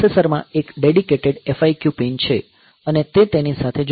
processor માં એક dedicated FIQ pin છે અને તે તેની સાથે જોડાયેલ છે